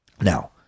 Now